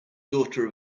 daughter